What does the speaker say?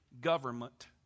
government